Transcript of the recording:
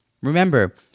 Remember